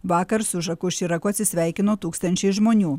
vakar su žaku širaku atsisveikino tūkstančiai žmonių